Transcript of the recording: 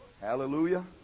Hallelujah